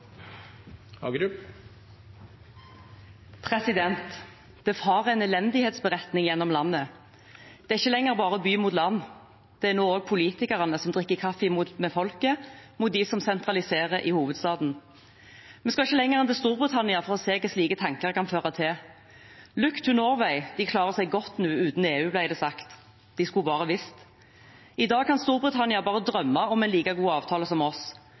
ikke lenger bare by mot land, det er nå også politikerne som drikker kaffe med folket, mot dem som sentraliserer i hovedstaden. Vi skal ikke lenger enn til Storbritannia for å se hva slike tanker kan føre til. «Look to Norway» – de klarer seg godt uten EU, ble det sagt. De skulle bare visst. I dag kan Storbritannia bare drømme om en like god avtale som oss.